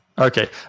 Okay